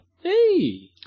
Hey